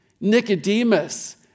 Nicodemus